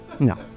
No